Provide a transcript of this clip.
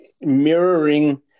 mirroring